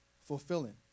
fulfilling